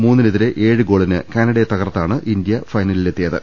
മൂന്നിനെതിരേ ഏഴ് ഗോളുകൾക്ക് കാന ഡയെ തകർത്താണ് ഇന്ത്യ ഫൈനലിൽ എത്തിയത്